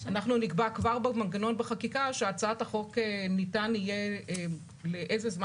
אנחנו נקבע כבר במנגנון בחקיקה שניתן יהיה להאריך